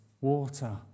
water